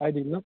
ꯍꯥꯏꯗꯤ